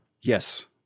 Yes